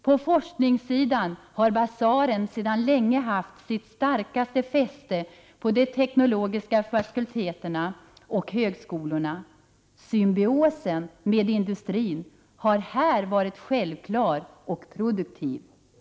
På forskningssidan har Basaren sedan länge haft sitt starkaste fäste på de teknologiska fakulteterna och högskolorna. Symbiosen med industrin har här varit självklar och produktiv”.